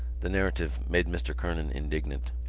the narrative made mr. kernan indignant.